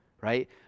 right